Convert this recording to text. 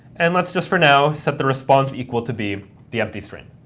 and let's just for now set the response equal to be the empty string.